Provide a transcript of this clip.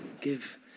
Give